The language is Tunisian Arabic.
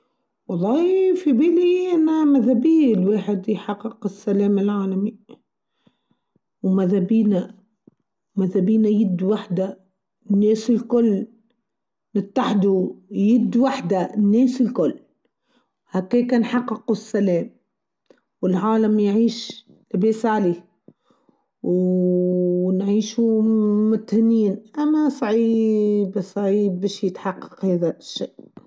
و الله في بالي إنها ماذابي الواحد يحقق السلام العالمي و ماذا بينا ماذا بينا يدو واحده الناس الكل يتحدو يدو واحده الناس الكل هاكاكا نحققو السلام و العالم يعيش بيسه عليه و نعيشو متهنين أما صعيييييييب صعيييييب بيش يتحقق هاذا الشئ.